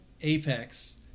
Apex